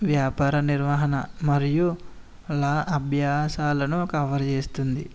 వ్యాపార నిర్వహణ మరియు ల అభ్యాసాలను కవర్ చేస్తుంది